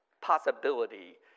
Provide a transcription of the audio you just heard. possibility